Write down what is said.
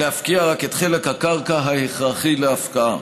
להפקיע רק את חלק הקרקע ההכרחי להפקעה.